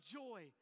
joy